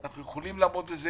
אנחנו יכולים לעמוד בזה